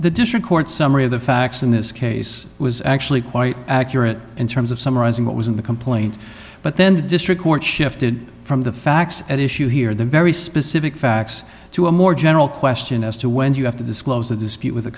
the district court summary of the facts in this case was actually quite accurate in terms of summarizing what was in the complaint but then the district court shifted from the facts at issue here are the very specific facts to a more general question as to when you have to disclose a dispute with